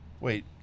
Wait